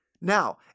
Now